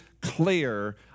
Clear